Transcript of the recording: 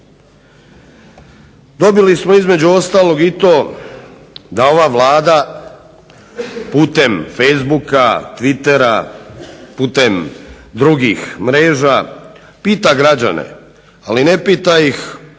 Dobili smo između ostalog i to da ova Vlada putem Facebooka, Twittera, putem drugih mreža pita građane, ali ne pita ih zato